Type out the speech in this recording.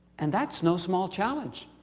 and that's no small challenge.